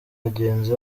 bagenzi